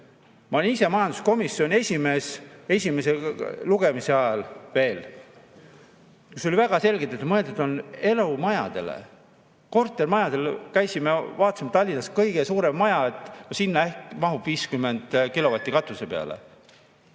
Ma olin ise majanduskomisjoni esimees, esimese lugemise ajal veel. See oli väga selge, et mõeldud on elumajadele. Kortermajasid käisime vaatasime Tallinnas, kõige suurem maja, no sinna ehk mahub 50 kilovatti katuse peale.